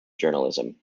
journalism